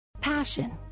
Passion